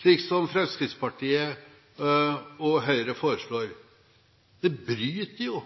slik som Fremskrittspartiet og Høyre foreslår, bryter jo